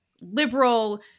liberal